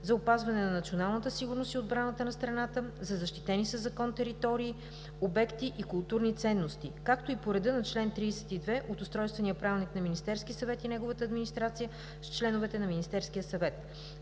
за опазване на националната сигурност и отбраната на страната, за защитени със закон територии, обекти и културни ценности, както и по реда на чл. 32 от Устройствения правилник на Министерския съвет и неговата администрация с членовете на Министерския съвет.